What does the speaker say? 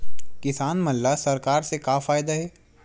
किसान मन ला सरकार से का फ़ायदा हे?